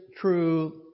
true